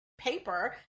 paper